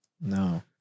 No